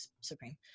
supreme